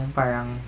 parang